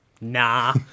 Nah